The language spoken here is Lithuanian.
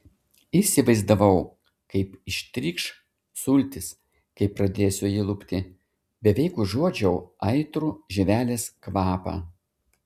įsivaizdavau kaip ištrykš sultys kai pradėsiu jį lupti beveik užuodžiau aitrų žievelės kvapą